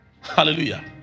Hallelujah